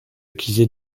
accusé